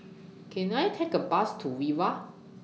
Can I Take A Bus to Viva